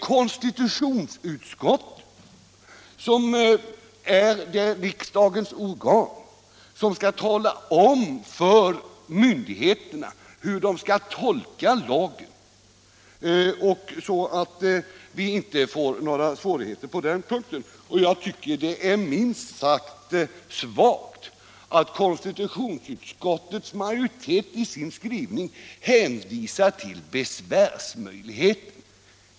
Konstitutionsutskottet är ju det riksdagens organ som skall tala om för myn digheterna hur de skall tolka lagen, så att vi inte får några svårigheter på den punkten. Jag tycker att det är minst sagt svagt att konstitutionsutskottets majoritet i sin skrivning hänvisar till besvärsmöjligheterna.